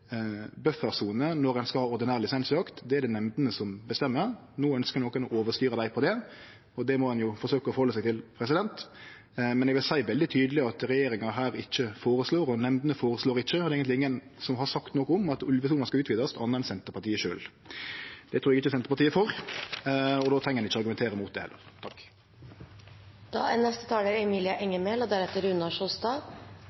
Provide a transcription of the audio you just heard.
når ein skal ha ordinær lisensjakt, er det nemndene som bestemmer. No ønskjer nokon å overstyre dei på det, og det må ein jo forsøkje å rette seg etter, men eg vil seie veldig tydeleg at regjeringa her ikkje føreslår at ulvesona skal utvidast. Det gjer heller ikkje nemndene. Det er eigentleg ingen som har sagt noko om det, andre enn Senterpartiet sjølv. Det trur eg ikkje at Senterpartiet er for, og då treng ein heller ikkje å argumentere mot det.